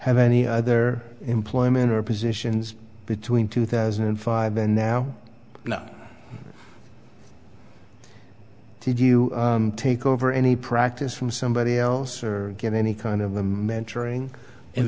have any other employment or positions between two thousand and five and now did you take over any practice from somebody else or get any kind of the mentoring